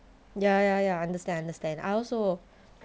ya ya ya understand understand I also